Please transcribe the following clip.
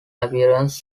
appearance